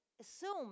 assume